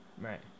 right